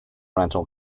rental